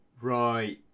Right